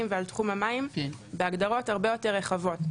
ועל תחום המים בהגדרות הרבה יותר רחבות.